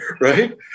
Right